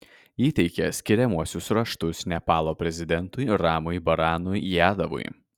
įteikė skiriamuosius raštus nepalo prezidentui ramui baranui yadavui